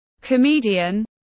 comedian